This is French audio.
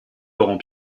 laurent